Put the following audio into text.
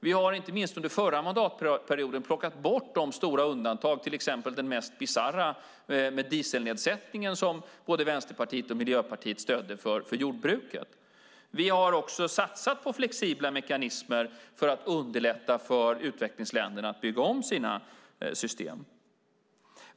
Vi har inte minst under förra mandatperioden plockat bort stora undantag, till exempel det mest bisarra, nämligen dieselnedsättningen, som både Vänsterpartiet och Miljöpartiet stödde, för jordbruket. Vi har också satsat på flexibla mekanismer för att underlätta för utvecklingsländerna att bygga om sina system.